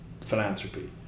philanthropy